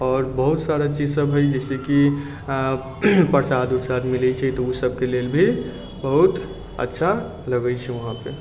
आओर बहुत सारा चीजसब हइ जइसेकि प्रसाद उरसाद मिलै छै तऽ ओ सबके लेल भी बहुत अच्छा लगै छै वहांँपर